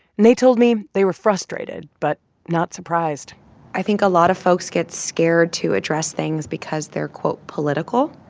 and they told me they were frustrated but not surprised i think a lot of folks get scared to address things because they're, quote, political.